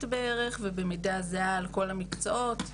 בערך והיא במידה זהה על כל המקצועות וכאמור,